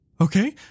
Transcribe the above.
Okay